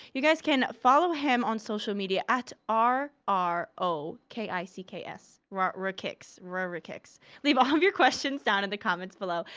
you guys can follow him on social media at r r o k i c k s, rrokicks, leave all of your questions down in the comments below.